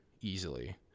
easily